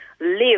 live